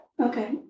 Okay